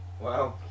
Wow